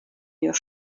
your